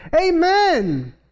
amen